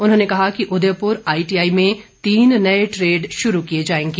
उन्होंने कहा कि उदयपुर आईटीआई में तीन नए ट्रेड शुरू किए जाएंगे